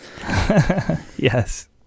Yes